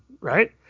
right